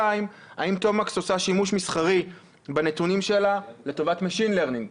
2. האם תומקס עושה שימוש מסחרי בנתונים שלה לטובת Machine Learning?